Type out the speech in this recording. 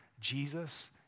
Jesus